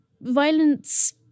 Violence